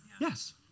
Yes